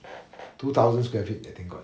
two thousand square feet I think got